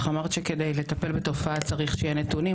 אמרתי שכדי לטפל בתופעה צריך שיהיו נתונים.